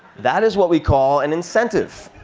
that is what we call an incentive.